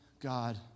God